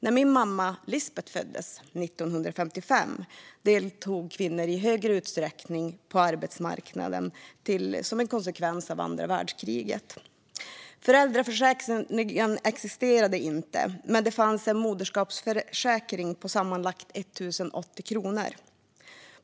När min mamma Lisbeth föddes, 1955, deltog kvinnor i högre utsträckning på arbetsmarknaden som en konsekvens av andra världskriget. Föräldraförsäkringen existerade inte. Men det fanns en moderskapsförsäkring på sammanlagt 1 080 kronor.